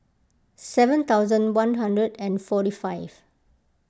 seven thousand one hundred and forty five